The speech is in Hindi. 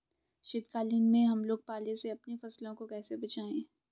शीतकालीन में हम लोग पाले से अपनी फसलों को कैसे बचाएं?